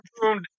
room